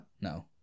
no